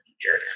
future